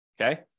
Okay